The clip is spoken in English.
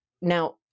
now